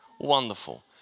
Wonderful